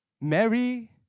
Mary